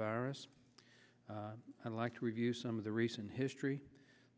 virus i'd like to review some of the recent history